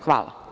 Hvala.